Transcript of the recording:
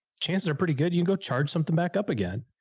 chances are pretty good. you can go charge something back up again.